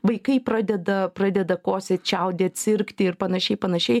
vaikai pradeda pradeda kosėt čiaudėt sirgti ir panašiai panašiai